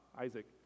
Isaac